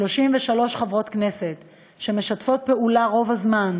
33 חברות כנסת שמשתפות פעולה רוב הזמן